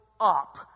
up